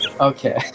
okay